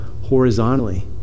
horizontally